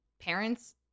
parents